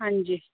ਹਾਂਜੀ